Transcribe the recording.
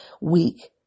weak